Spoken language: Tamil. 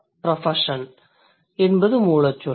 Profession என்பது மூலச்சொல்